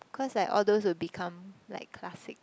cause like all those will become like classic